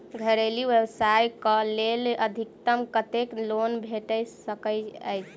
घरेलू व्यवसाय कऽ लेल अधिकतम कत्तेक लोन भेट सकय छई?